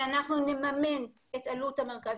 אבל אם העניין הוא שאנחנו נממן את עלות המרכז,